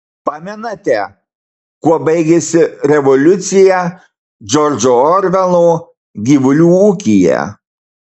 pamenate kuo baigėsi revoliucija džordžo orvelo gyvulių ūkyje